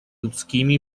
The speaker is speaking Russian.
людскими